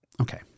Okay